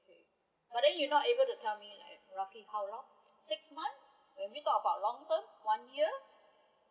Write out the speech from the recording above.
okay but then you are no able to tell me like roughly how long six months when we tal about long term one year